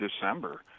December